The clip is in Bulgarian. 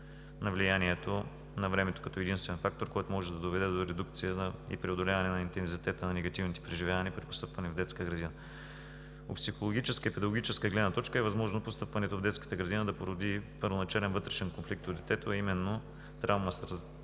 на влиянието на времето като единствен фактор, което може да доведе до редукция и преодоляване на интензитета на негативните преживявания при постъпване в детска градина. От психологическа и педагогическа гледна точка е възможно постъпването в детската градина да породи първоначален вътрешен конфликт у детето, а именно: травма от раздялата